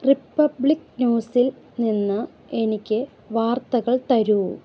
republic ന്യൂസിൽ നിന്ന് എനിക്ക് വാർത്തകൾ തരൂ